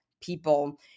people